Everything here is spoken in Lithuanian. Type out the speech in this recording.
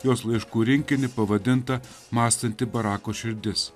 jos laiškų rinkinį pavadintą mąstanti barako širdis